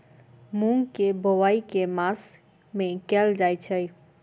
मूँग केँ बोवाई केँ मास मे कैल जाएँ छैय?